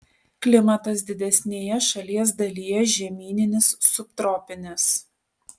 klimatas didesnėje šalies dalyje žemyninis subtropinis